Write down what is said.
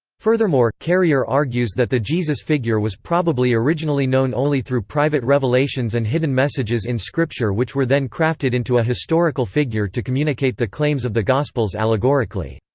furthermore, carrier argues that the jesus figure was probably originally known only through private revelations and hidden messages in scripture which were then crafted into a historical figure to communicate the claims of the gospels allegorically.